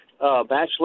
bachelor